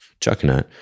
Chuckanut